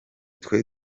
twe